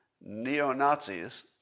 neo-Nazis